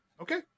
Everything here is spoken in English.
Okay